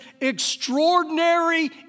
extraordinary